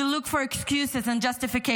you’ll look for excuses and justifications.